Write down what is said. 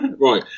Right